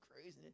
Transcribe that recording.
crazy